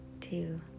two